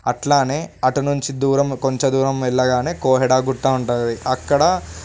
అట్లనే అటు నుంచి దూరం కొంచం దూరం వెళ్ళగానే కోహెడగుట్ట ఉంటుంది అక్కడ